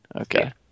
Okay